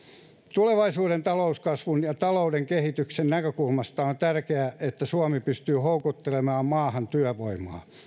tulevaisuuden talouskasvun ja talouden kehityksen näkökulmasta on tärkeää että suomi pystyy houkuttelemaan maahan työvoimaa